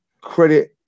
Credit